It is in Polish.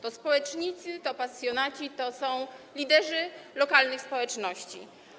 To społecznicy, to pasjonaci, to liderzy lokalnych społeczności.